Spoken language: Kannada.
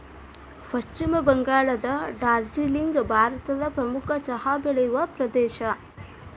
ಪಶ್ಚಿಮ ಬಂಗಾಳದ ಡಾರ್ಜಿಲಿಂಗ್ ಭಾರತದ ಪ್ರಮುಖ ಚಹಾ ಬೆಳೆಯುವ ಪ್ರದೇಶ